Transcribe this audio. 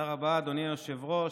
תודה רבה, אדוני היושב-ראש.